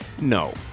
No